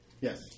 Yes